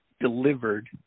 delivered